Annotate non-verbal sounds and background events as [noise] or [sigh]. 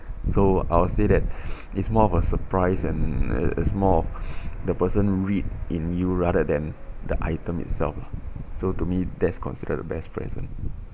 so I would say that [breath] it's more of a surprise and it's more [breath] of the person reading you rather than the item itself lah so to me that's considered the best present